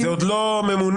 עוד לא ממונה.